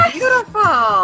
Beautiful